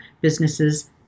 businesses